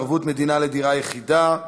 ערבות מדינה לדירה יחידה),